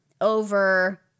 over